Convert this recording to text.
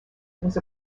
was